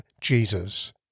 Jesus